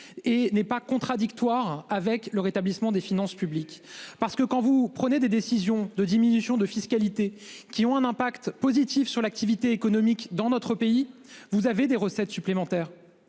et n'est pas contradictoire avec le rétablissement des finances publiques parce que quand vous prenez des décisions de diminution de fiscalité qui ont un impact positif sur l'activité économique dans notre pays. Vous avez des recettes supplémentaires.